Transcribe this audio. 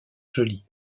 joly